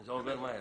זאב.